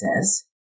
says